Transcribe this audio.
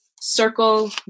circle